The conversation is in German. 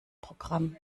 programm